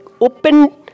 open